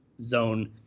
zone